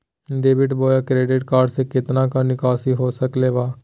Debit बोया credit card से कितना का निकासी हो सकल बा?